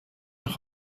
nach